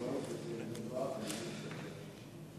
המשמר האזרחי ו"אשל-ג'וינט" כדי למנוע אלימות כלפי קשישים.